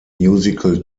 musical